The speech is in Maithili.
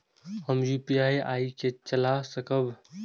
हम यू.पी.आई के चला सकब?